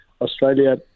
Australia